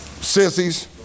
sissies